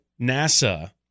NASA